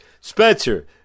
Spencer